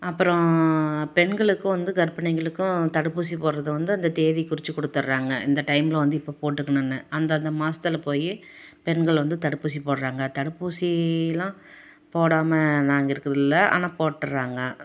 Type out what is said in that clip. அப்புறோம் பெண்களுக்கும் வந்து கர்ப்பிணிங்களுக்கும் தடுப்பூசி போடுறது வந்து அந்த தேதி குறிச்சு கொடுத்துட்றாங்க இந்த டைமில் வந்து இப்போ போட்டுக்கணுன்னு அந்தந்த மாதத்துல போய் பெண்கள் வந்து தடுப்பூசி போடுறாங்க தடுப்பூசியெலாம் போடாமல் நாங்கள் இருக்கிறதில்ல ஆனால் போட்டுடறாங்க